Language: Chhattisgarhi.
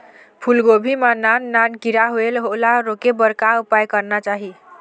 फूलगोभी मां नान नान किरा होयेल ओला रोके बर का उपाय करना चाही?